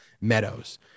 Meadows